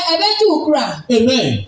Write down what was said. Amen